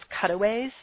cutaways